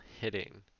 hitting